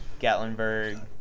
Gatlinburg